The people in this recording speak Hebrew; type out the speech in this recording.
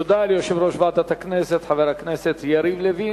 תודה ליושב-ראש ועדת הכנסת, חבר הכנסת יריב לוין.